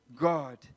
God